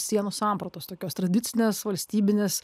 sienų sampratos tokios tradicinės valstybinės